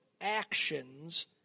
actions